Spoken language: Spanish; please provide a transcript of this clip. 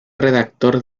redactor